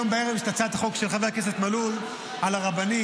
היום בערב יש את הצעת החוק של חבר הכנסת מלול על הרבנים,